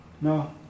No